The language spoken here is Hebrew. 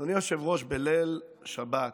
אדוני היושב-ראש, בליל שבת ו'